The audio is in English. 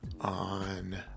on